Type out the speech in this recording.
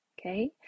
okay